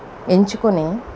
ఎంచుకొని